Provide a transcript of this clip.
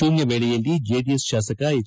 ಶೂನ್ಯ ವೇಳೆಯಲ್ಲಿ ಜೆಡಿಎಸ್ ಶಾಸಕ ಎಚ್